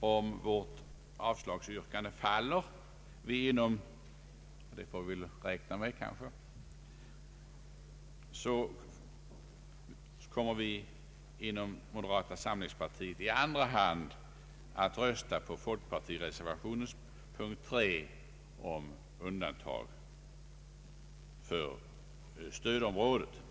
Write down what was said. om vårt avslagsyrkande faller — det får vi kanske räkna med — kommer vi inom moderata samlingspartiet att rösta på folkpartireservationen 3 om undantag för stödområdet.